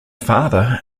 father